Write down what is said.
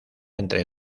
entre